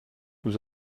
nous